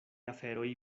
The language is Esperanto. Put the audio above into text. aferoj